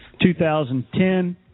2010